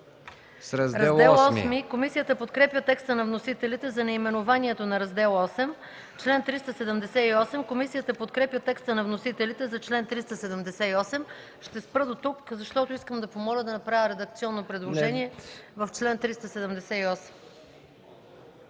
МАНОЛОВА: Комисията подкрепя текста на вносителите за наименованието на Раздел VІІІ. Комисията подкрепя текста на вносителите за чл. 378. Ще спра до тук, защото искам да помоля да направя редакционно предложение в чл. 378.